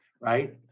right